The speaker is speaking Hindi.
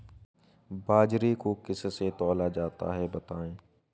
बाजरे को किससे तौला जाता है बताएँ?